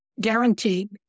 guaranteed